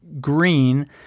green